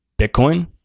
Bitcoin